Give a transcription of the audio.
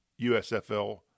USFL